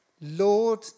Lord